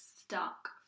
stuck